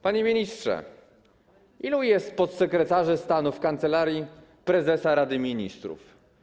Panie ministrze, ilu jest podsekretarzy stanu w Kancelarii Prezesa Rady Ministrów?